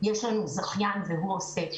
יש לנו זכיין והוא עושה.